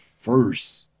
first